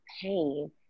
pain